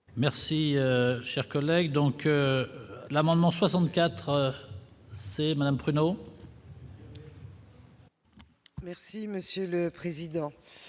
Merci, cher collègue, donc l'amendement 64 c'est madame Bruno. Merci monsieur le président,